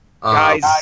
Guys